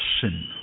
sin